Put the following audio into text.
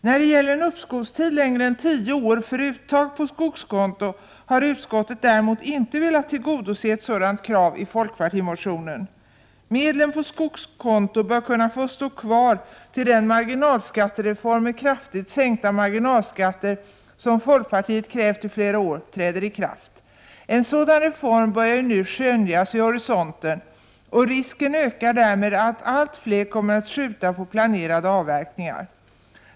När det gäller en uppskovstid längre än tio år för uttag på skogskonto har utskottet däremot inte velat tillgodose ett sådant krav i folkpartimotionen. Medlen på skogskonto bör kunna få stå kvar tills den marginalskattereform med kraftigt sänkta marginalskatter som folkpartiet krävt i flera år träder i kraft. En sådan reform börjar nu skönjas vid horisonten. Risken ökar därmed att allt fler kommer att skjuta på planerade avverkningar.